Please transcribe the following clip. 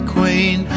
Queen